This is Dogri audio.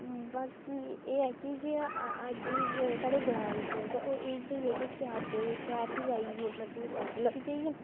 बाकी एह् ऐ कि जि'यां अज्ज साढ़े ग्रांऽ दी सोच ऐ ओह् इ'यै जेही ऐ कि केह् आखदे शैह्र च जाइयै मतलब सेटल होई जाइयै